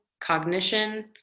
cognition